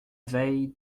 veille